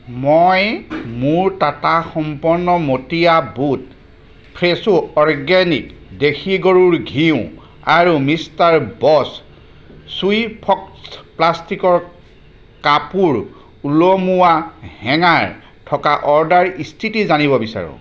মই মোৰ টাটা সম্পন মটীয়া বুট ফ্ৰেছো অৰ্গেনিক দেশী গৰুৰ ঘিঁউ আৰু মিষ্টাৰ বছ ছুইফ্ট প্লাষ্টিকৰ কাপোৰ ওলোমোৱা হেঙাৰ থকা অৰ্ডাৰ স্থিতি জানিব বিচাৰোঁ